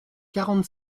quarante